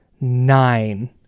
nine